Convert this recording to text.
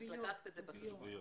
הכתוביות.